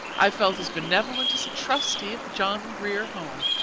i felt as benevolent as a trustee of the john grier home.